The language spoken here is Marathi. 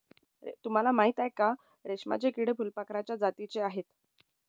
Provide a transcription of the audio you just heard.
तुम्हाला माहिती आहे का? रेशमाचे किडे फुलपाखराच्या जातीचे आहेत